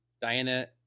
Diana